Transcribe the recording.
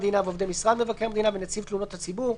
מבקר המדינה ועובדי משרד מבקר המדינה ונציב תלונות הציבור,